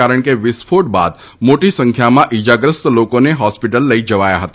કારણ કે વિસ્ફોટ બાદ મોટી સંખ્યામાં ઇજાગ્રસ્ત લોકોને હોસ્પિટલ લઇ જવાયા હતા